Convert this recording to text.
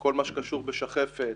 כל מה שקשור בשחפת,